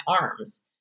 arms